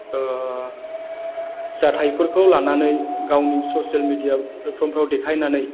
जाथायफोरखौ लानानै गावनि ससेल मिडिया प्लेटफर्मफोराव देखायनानै